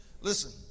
Listen